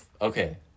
Okay